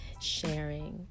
sharing